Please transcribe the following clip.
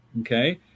okay